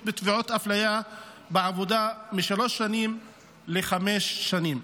בתביעות אפליה בעבודה משלוש שנים לחמש שנים.